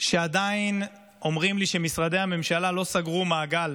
שעדיין אומרים לי שמשרדי הממשלה לא סגרו מעגל